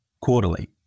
quarterly